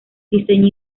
diseña